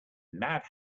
mad